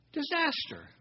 disaster